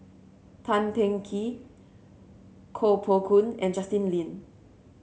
Tan Teng Kee Koh Poh Koon and Justin Lean